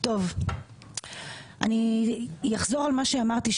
אני אחזור על מה שאמרתי.